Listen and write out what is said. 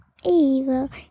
evil